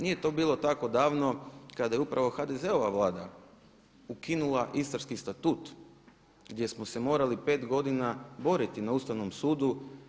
Nije to bilo tako davno kada je upravo HDZ-ova Vlada ukinula Istarski statut gdje smo se morali pet godina boriti na Ustavnom sudu.